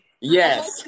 Yes